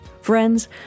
Friends